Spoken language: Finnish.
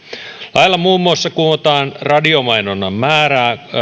lailla muun muassa kumotaan radiomainonnan määrää